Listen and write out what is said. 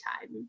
time